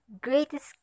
greatest